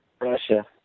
Russia